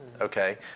okay